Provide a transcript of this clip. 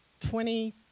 Twenty